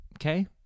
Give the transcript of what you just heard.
Okay